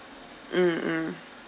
mm mm